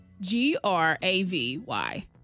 G-R-A-V-Y